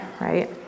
right